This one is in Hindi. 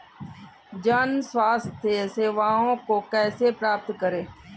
जन स्वास्थ्य सेवाओं को कैसे प्राप्त करें?